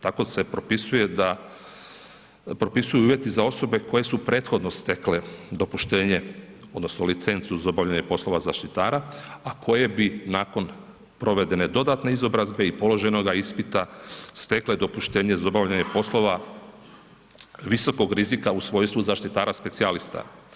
Tako se propisuje da, propisuju uvjeti za osobe koje su prethodno stekle dopuštenje, odnosno licencu za obavljanje poslova zaštitara a koje bi nakon provedene dodatne izobrazbe i položenoga ispita stekle dopuštenje za obavljanje poslova visokog rizika u svojstvu zaštitara specijalista.